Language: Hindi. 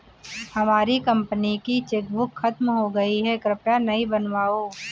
हमारी कंपनी की चेकबुक खत्म हो गई है, कृपया नई बनवाओ